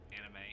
anime